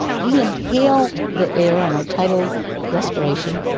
we inhale the air on our tidal respiration,